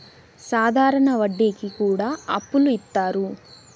సాధారణ వడ్డీ కి కూడా అప్పులు ఇత్తారు